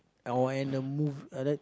I oh and the move like that